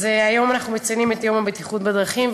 היום אנחנו מציינים את יום הבטיחות בדרכים,